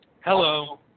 Hello